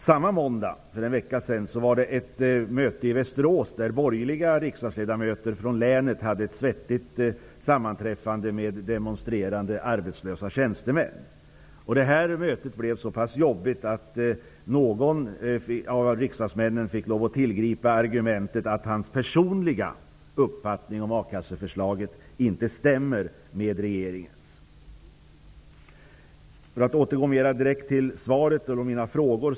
Samma måndag var det ett möte i Västerås, där borgerliga riksdagsledamöter från länet hade ett svettigt sammanträffande med demonstrerande arbetslösa tjänstemän. Mötet blev så pass jobbigt att en av riksdagsmännen fick tillgripa argumentet att hans personliga uppfattning om a-kasseförslaget inte stämde med regeringens. Därmed återgår jag mera direkt till svaret och mina frågor.